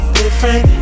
different